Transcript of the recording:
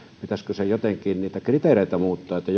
pitäisikö jotenkin niitä kriteereitä muuttaa että